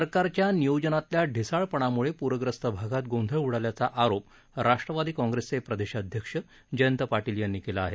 सरकारच्या नियोजनातल्या ढिसाळपणाम्ळे प्रग्रस्त भागात गोंधळ उडाल्याचा आरोप राष्ट्रवादी काँग्रेसचे प्रदेशाध्यक्ष जयंत पाटील यांनी केला आहे